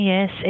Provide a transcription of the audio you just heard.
Yes